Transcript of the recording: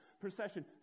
procession